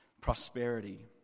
prosperity